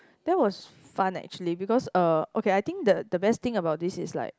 that was fun actually because uh okay I think the the best thing about this is like